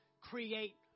create